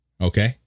Okay